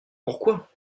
pourquoi